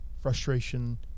frustration